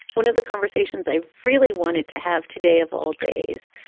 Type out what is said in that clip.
one of the conversations i really wanted to have today of all days,